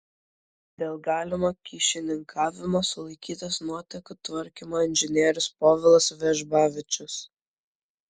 dėl galimo kyšininkavimo sulaikytas nuotėkų tvarkymo inžinierius povilas vežbavičius